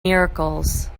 miracles